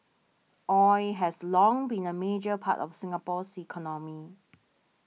oil has long been a major part of Singapore's economy